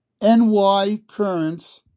NYCurrents